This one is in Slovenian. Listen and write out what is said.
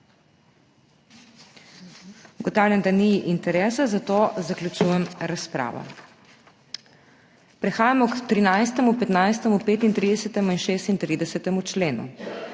ugotavljam, da ni interesa, zato zaključujem razpravo. Prehajamo k 13., 15., 35. in 36. členu.